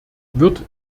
wird